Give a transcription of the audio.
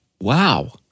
Wow